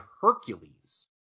Hercules